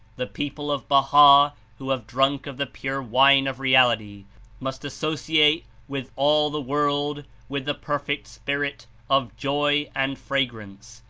the people of baha who have drunk of the pure wine of reality must associate with all the world with the perfect spirit of joy and fragrance,